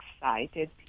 excited